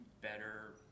better